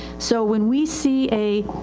so when we see a,